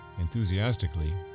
enthusiastically